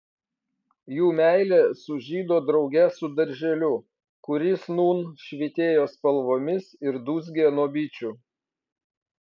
jų meilė sužydo drauge su darželiu kuris nūn švytėjo spalvomis ir dūzgė nuo bičių